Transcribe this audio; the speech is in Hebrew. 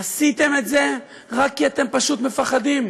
עשיתם את זה רק כי אתם פשוט מפחדים.